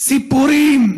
סיפורים.